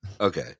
Okay